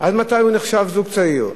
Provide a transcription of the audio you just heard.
עד מתי הוא נחשב זוג צעיר?